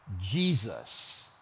Jesus